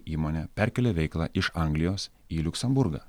įmonė perkelė veiklą iš anglijos į liuksemburgą